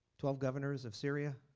twelve governors of syria,